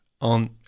on